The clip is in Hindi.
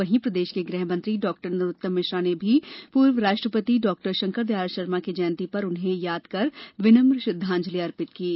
वहीं प्रदेश के गृहमंत्री डॉ नरोत्तम मिश्रा ने भी पूर्व राष्ट्रपति डॉ शंकरदयाल शर्मा की जयंती पर उन्हें याद कर विनम्र श्रद्वांजलि अर्पित की है